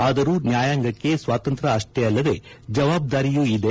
ಆದರೂ ನ್ನಾಯಾಂಗಕ್ಷೆ ಸ್ನಾತಂತ್ರ್ಯ ಅಷ್ಲೇ ಅಲ್ಲದೆ ಜವಾಬ್ನಾರಿಯೂ ಇದೆ